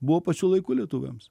buvo pačiu laiku lietuviams